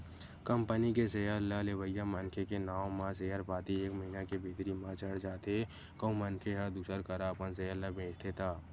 company के share ल लेवइया मनखे के नांव म सेयर पाती एक महिना के भीतरी म चढ़ जाथे कहूं मनखे ह दूसर करा अपन सेयर ल बेंचथे त